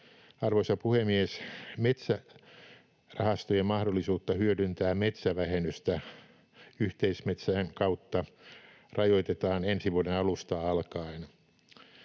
Arvoisa puhemies! Metsärahastojen mahdollisuutta hyödyntää metsävähennystä yhteismetsän kautta rajoitetaan ensi vuoden alusta alkaen.